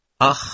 ach